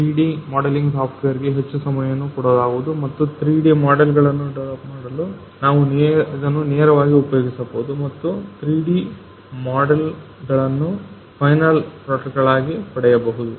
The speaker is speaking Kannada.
3D ಮಾಡಲಿಂಗ್ ಸಾಫ್ಟ್ ವೇರ್ ಗೆ ಹೆಚ್ಚು ಸಮಯವನ್ನು ಕೊಡುವುದು ಮತ್ತು 3D ಮಾಡೆಲ್ ಗಳನ್ನು ಡೆವಲಪ್ ಮಾಡುವುದು ನಾವು ಇದನ್ನು ನೇರವಾಗಿ ಉಪಯೋಗಿಸಬಹುದು ಮತ್ತು 3D ಮಾಡೆಲ್ ಗಳನ್ನು ಫೈನಲ್ ಪ್ರಾಡಕ್ಟ್ ಗಳಾಗಿ ಪಡೆಯಬಹುದು